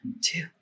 two